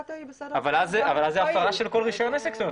אבל אז זאת הפרה של כל רישיון עסק.